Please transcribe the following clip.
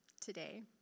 today